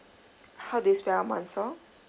how do you spell mansor